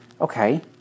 Okay